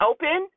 Open